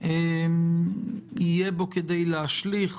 יהיה בו כדי להשליך